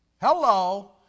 Hello